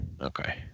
Okay